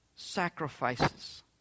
sacrifices